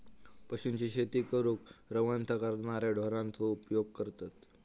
पशूंची शेती करूक रवंथ करणाऱ्या ढोरांचो उपयोग करतत